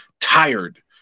tired